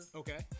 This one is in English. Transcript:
okay